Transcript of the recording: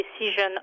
decision